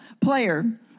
player